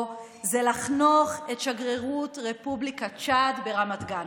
זה לחנוך את שגרירות רפובליקת צ'אד ברמת גן.